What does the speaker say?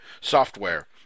software